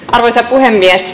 arvoisa puhemies